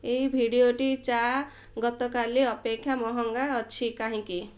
ଏ ଭିଡ଼ିଓଟି ଚା' ଗତକାଲି ଅପେକ୍ଷା ମହଙ୍ଗା ଅଛି କାହିଁକି